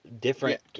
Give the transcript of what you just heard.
different